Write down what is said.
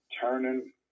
turning